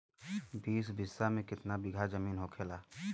बीस बिस्सा में कितना बिघा जमीन होखेला?